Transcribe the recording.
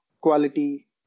quality